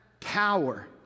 power